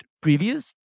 previous